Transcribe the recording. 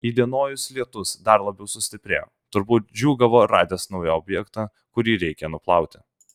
įdienojus lietus dar labiau sustiprėjo turbūt džiūgavo radęs naują objektą kurį reikia nuplauti